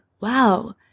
wow